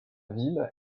ville